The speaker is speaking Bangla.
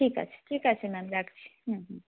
ঠিক আছে ঠিক আছে ম্যাম রাখছি হুম হুম